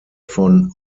von